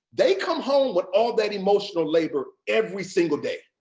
they come home with all that emotional labor every single day.